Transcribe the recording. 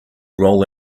roll